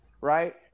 Right